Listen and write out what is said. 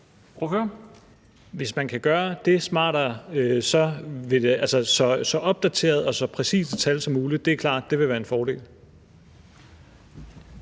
Hvis man kan gøre det smartere, så opdateret og med så præcise tal som muligt, er det klart, det vil være en fordel.